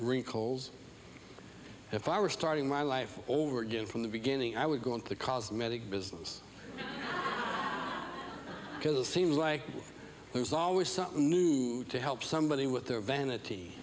wrinkles if i were starting my life over again from the beginning i would go into the cosmetic business because it seems like there's always something new to help somebody with their vanity